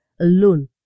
alone